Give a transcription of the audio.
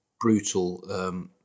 brutal